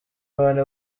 bane